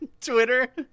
Twitter